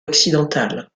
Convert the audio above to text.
occidentale